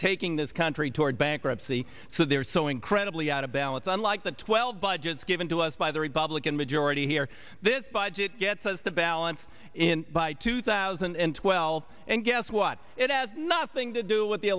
taking this country toward bankruptcy so there is so incredibly out of balance unlike the twelve budgets given to us by the republican majority here this budget gets us the balance in by two thousand and twelve and guess what it has nothing to do with the